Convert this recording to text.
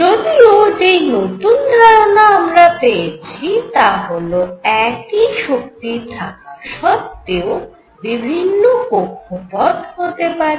যদিও যেই নতুন ধারণা আমরা পেয়েছি তা হল একই শক্তি থাকা সত্ত্বেও বিভিন্ন কক্ষপথ হতে পারে